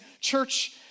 church